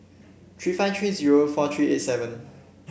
three five three zero four three eight seven